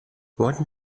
what